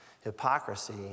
Hypocrisy